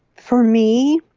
for me,